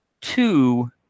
two